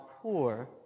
poor